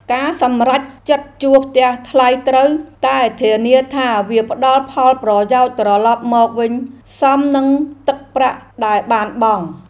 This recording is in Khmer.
ការសម្រេចចិត្តជួលផ្ទះថ្លៃត្រូវតែធានាថាវាផ្តល់ផលប្រយោជន៍ត្រឡប់មកវិញសមនឹងទឹកប្រាក់ដែលបានបង់។